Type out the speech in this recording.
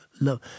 love